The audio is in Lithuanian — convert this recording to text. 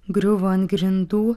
griuvo ant grindų